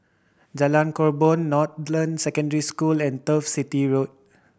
Jalan Korban Northland Secondary School and Turf City Road